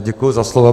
Děkuji za slovo.